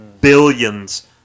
billions